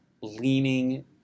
leaning